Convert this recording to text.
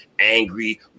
angry